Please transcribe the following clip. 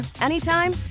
anytime